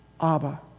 Abba